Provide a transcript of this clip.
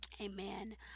Amen